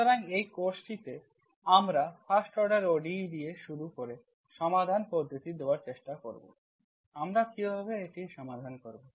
সুতরাং এই কোর্সটি আমরা ফার্স্ট অর্ডার ODE দিয়ে শুরু করে সমাধান পদ্ধতি দেওয়ার চেষ্টা করব আমরা কীভাবে এটি সমাধান করব